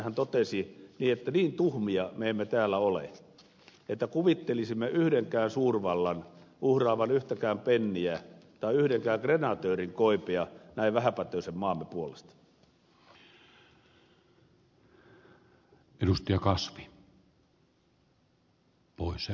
hänhän totesi että niin tuhmia me emme täällä ole että kuvittelisimme yhdenkään suurvallan uhraavan yhtäkään penniä tai yhdenkään krenatöörin koipea näin vähäpätöisen maamme puolesta